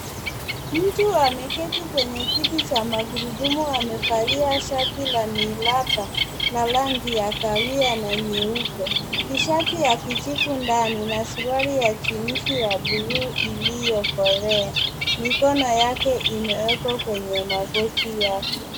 Mtu ameketi kwenye kiti cha magurudumu amevalia shati la miraba la rangi ya kahawia na nyeupe, tishati ya kijivu ndani na suruali ya jeans ya bluu iliyokolea, mikono yake imewekwa kwenye magoti yake.